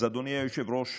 אז אדוני היושב-ראש,